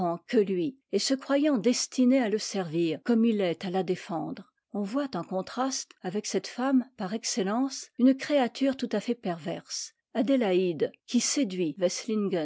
que lui et se croyant destinée à le servir comme il l'est à la défendre on voit en contraste avec cette femme par excellence une créature tout à fait perverse adelaide qui séduit